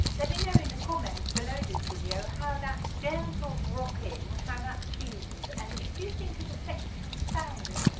let me know in the comments below this video how that's gentle rocking how that feels and if you think it affects your sound at all.